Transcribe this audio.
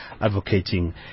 advocating